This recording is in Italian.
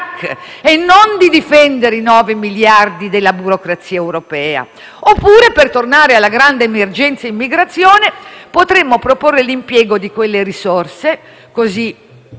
e non di difendere i 9 miliardi della burocrazia europea. Oppure, per tornare alla grande emergenza immigrazione, potremmo proporre l'impiego di quelle risorse, così